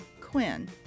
Quinn